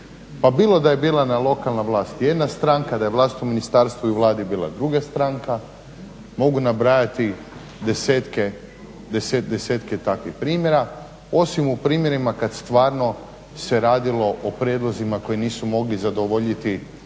pa bilo da je bilo lokalna vlast jedna stranka, da je vlast u Ministarstvu i Vladi bila druga stranka, mogu nabrajati desetke takvih primjera osim u primjerima kad stvarno se radilo o prijedlozima koji nisu mogli zadovoljiti